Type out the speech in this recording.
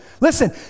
Listen